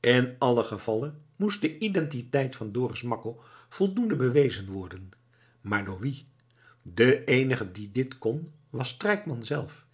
in allen gevalle moest de identiteit van dorus makko voldoende bewezen worden maar door wien de eenige die dit kon was strijkman zelf